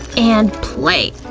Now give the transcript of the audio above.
and play!